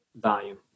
volume